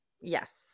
Yes